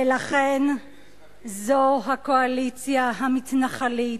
ולכן זו הקואליציה המתנחלית,